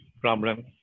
problem